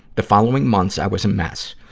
the following months, i was a mess.